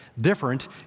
Different